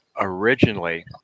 originally